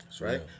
right